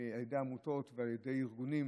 על ידי עמותות ועל ידי ארגונים,